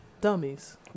Dummies